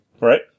Right